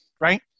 right